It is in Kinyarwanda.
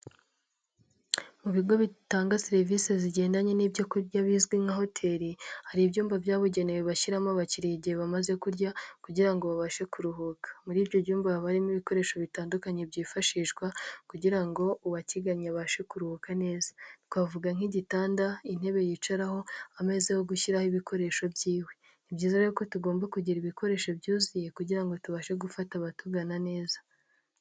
Mu bigo bitanga serivisi zigendanye n'ibyokurya bizwi nka Hoteli, hari ibyumba byabugenewe bashyiramo abakiriya igihe bamaze kurya kugira ngo babashe kuruhuka, muri ibyo byumba hamo ibikoresho bitandukanye byifashishwa kugira ngo uwakiganye abashe kuruhuka neza, twavuga nk'igitanda, intebe yicaraho, ameza yo gushyiraho ibikoresho byiwe, ni byiza rero ko tugomba kugira ibikoresho byuzuye, kugirango ngo tubashe gufata abatugana neza.